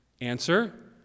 Answer